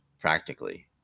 practically